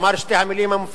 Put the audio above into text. אמר את שתי המלים המפורשות.